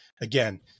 again